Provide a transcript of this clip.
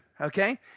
Okay